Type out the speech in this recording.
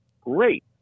Great